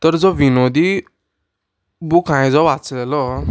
तर जो विनोदी बूक हांयें जो वाचलेलो